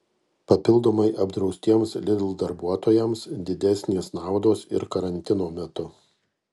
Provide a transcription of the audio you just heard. papildomai apdraustiems lidl darbuotojams didesnės naudos ir karantino metu